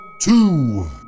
two